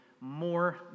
more